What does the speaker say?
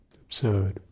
absurd